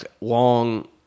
long